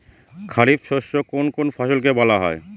খারিফ শস্য কোন কোন ফসলকে বলা হয়?